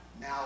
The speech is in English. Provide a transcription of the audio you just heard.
Now